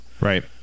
right